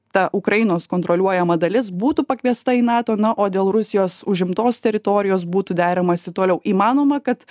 ta ukrainos kontroliuojama dalis būtų pakviesta į nato na o dėl rusijos užimtos teritorijos būtų deramasi toliau įmanoma kad